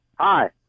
Hi